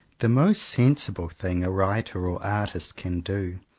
the most sensible thing a writer or artist can do,